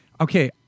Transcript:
Okay